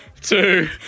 two